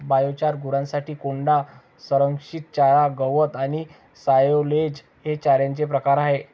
biochar, गुरांसाठी कोंडा, संरक्षित चारा, गवत आणि सायलेज हे चाऱ्याचे प्रकार आहेत